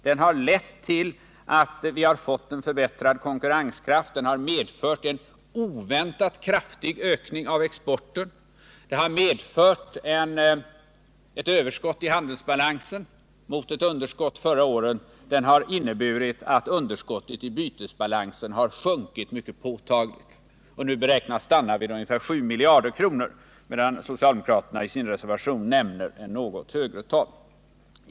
Den har lett till att vi fått en bättre konkurrenskraft, den har medfört en oväntat kraftig ökning av exporten, den har medfört ett överskott i handelsbalansen mot ett underskott förra året, den har inneburit att underskottet i bytesbalansen sjunkit mycket påtagligt och beräknas nu stanna vid ungefär 7 miljarder kronor, medan socialdemokraterna i sin reservation nämner ett något högre tal.